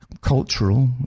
cultural